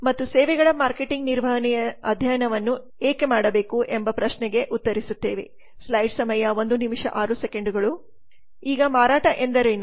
ಮತ್ತು ಸೇವೆಗಳ ಮಾರ್ಕೆಟಿಂಗ್ ನಿರ್ವಹಣೆಯನ್ನು ಅಧ್ಯಯನವನ್ನು ಏಕೆ ಅಧ್ಯಯನ ಮಾಡಬೇಕು ಎಂಬ ಪ್ರಶ್ನೆಗೆ ಉತ್ತರಿಸುತ್ತೇವೆ ಈಗ ಮಾರಾಟ ಎಂದರೇನು